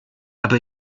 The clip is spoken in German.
aber